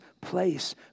place